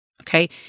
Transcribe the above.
okay